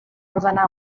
ordenar